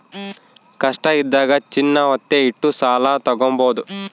ಕಷ್ಟ ಇದ್ದಾಗ ಚಿನ್ನ ವತ್ತೆ ಇಟ್ಟು ಸಾಲ ತಾಗೊಬೋದು